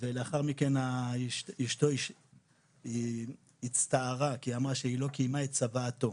ולאחר מכן אשתו הצטערה כי היא אמרה שהיא לא קיימה את צוואתו.